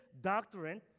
doctrine